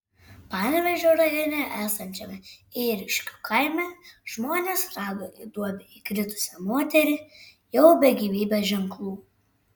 panevėžio rajone esančiame ėriškių kaime žmonės rado į duobę įkritusią moterį jau be gyvybės ženklų